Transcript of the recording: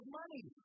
money